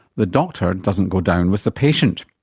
the doctor doesn't go down with the patient.